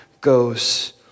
goes